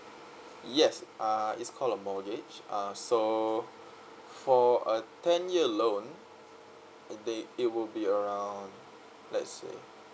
yes uh it's call a mortgage uh so for a ten year loan they it will be around let's say